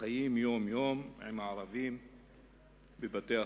החיים יום-יום עם הערבים בבתי-החרושת,